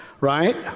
right